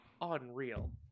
unreal